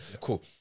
Cool